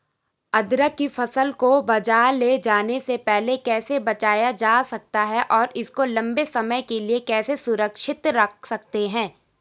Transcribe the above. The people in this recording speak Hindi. अदरक की फसल को बाज़ार ले जाने से पहले कैसे बचाया जा सकता है और इसको लंबे समय के लिए कैसे सुरक्षित रख सकते हैं?